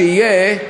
שיהיו,